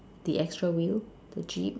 the extra wheel the jeep